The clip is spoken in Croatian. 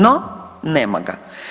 No, nema ga.